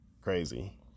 crazy